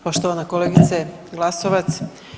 Poštovana kolegice Glasovac.